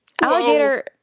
Alligator